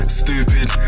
stupid